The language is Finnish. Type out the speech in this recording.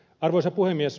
arvoisa puhemies